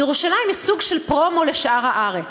ירושלים היא סוג של פרומו לשאר הארץ.